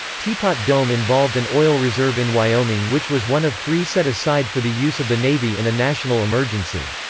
teapot dome involved an oil reserve in wyoming which was one of three set aside for the use of the navy in a national emergency.